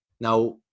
now